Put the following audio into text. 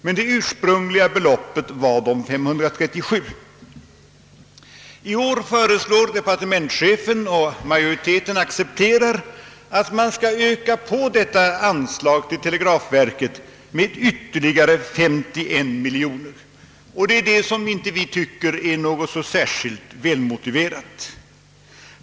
Men det ursprungliga beloppet var de 537 miljonerna. I år föreslår departementschefen — och majoriteten accepterar detta — att anslaget till televerket skall ökas på med ytterligare 51 miljoner kronor. Detta kan vi inte finna särskilt välmotiverat.